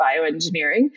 bioengineering